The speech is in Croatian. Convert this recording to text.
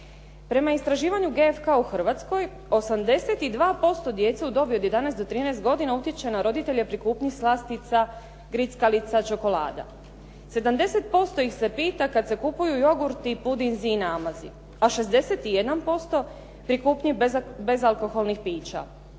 Prema istraživanju GFK u Hrvatskoj, 82% djece u dobi od 11 do 13 godina utječe na roditelje pri kupnji slastica, grickalica, čokolada. 70% ih se pita kad se kupuju jogurti, pudinzi i namazi, a 61% pri kupnji bezalkoholnih pića.